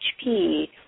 HP